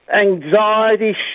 anxiety